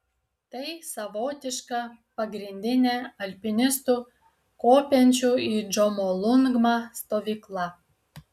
tai savotiška pagrindinė alpinistų kopiančių į džomolungmą stovykla